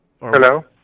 Hello